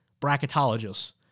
bracketologists